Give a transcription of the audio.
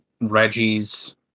Reggie's